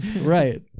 Right